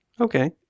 Okay